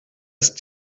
ist